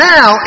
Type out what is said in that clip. Now